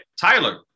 Tyler